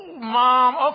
Mom